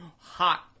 hot